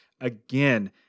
again